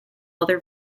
other